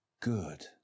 good